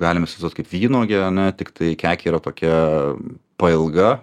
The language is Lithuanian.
galim įsivaizduot kaip vynuogę ane tiktai kekė yra tokia pailga